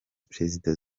prezida